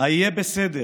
ה'יהיה בסדר',